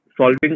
solving